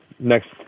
Next